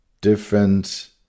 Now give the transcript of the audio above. different